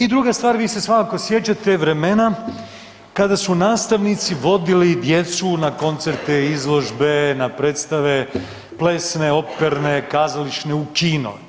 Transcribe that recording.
I druga stvar, vi se svakako sjećate vremena kada su nastavnici vodili djecu na koncerte, izložbe, na predstave, plesne, operne, kazališne, u kino.